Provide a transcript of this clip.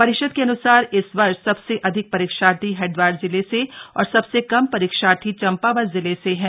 परिषद के अन्सार इस वर्ष सबसे अधिक परीक्षार्थी हरिदवार जिले से और सबसे कम परीक्षार्थी चंपावत जिले से हैं